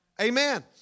Amen